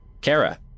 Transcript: Kara